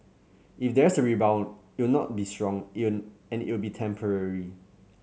if there's a rebound it'll not be strong and it'll be temporary